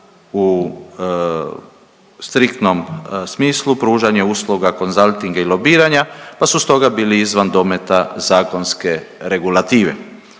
u striktnom smislu pružanje usluga konzaltinga i lobiranja pa su stoga bili izvan dometa zakonske regulative.